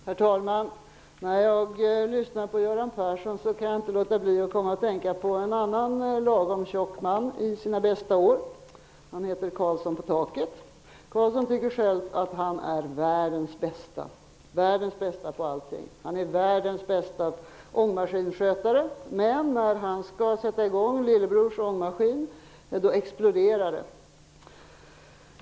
Herr talman! När jag lyssnar på Göran Persson kan jag inte låta bli att tänka på en annan lagom tjock man i sina bästa. Han heter Karlsson på taket. Karlsson tycker själv att han är världens bästa på allting. Han är världens bästa ångmaskinskötare. Men när han skall sätta i gång lillebrors ångmaskin exploderar den.